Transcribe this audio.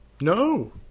no